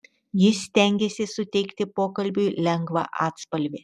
jis stengėsi suteikti pokalbiui lengvą atspalvį